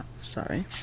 sorry